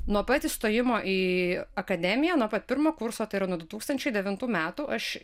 nuo pat įstojimo į akademiją nuo pat pirmo kurso tai yra nuo du tūkstančiai devintų metų aš